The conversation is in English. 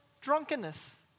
drunkenness